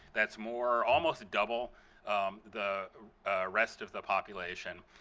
that's more almost double the rest of the population.